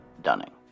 Dunning